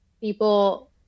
people